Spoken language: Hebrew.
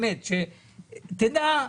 תדע,